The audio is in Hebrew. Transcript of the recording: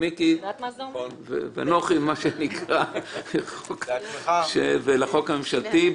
מיקי רוזנטל ואנוכי וכן לבעלי החוק הממשלתי.